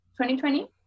2020